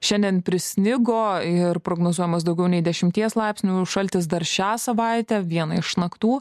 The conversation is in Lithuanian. šiandien prisnigo ir prognozuojamas daugiau nei dešimties laipsnių šaltis dar šią savaitę vieną iš naktų